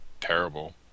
terrible